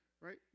right